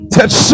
Touch